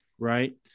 right